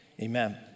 Amen